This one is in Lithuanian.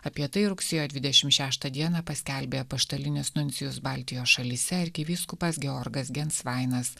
apie tai rugsėjo dvidešimt šeštą dieną paskelbė apaštalinis nuncijus baltijos šalyse arkivyskupas georgas gensvainas